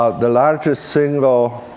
the largest single